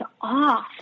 off